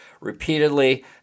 repeatedly